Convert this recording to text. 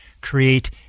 create